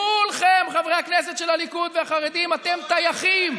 כולכם, חברי הכנסת של הליכוד והחרדים, טייחים.